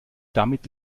damit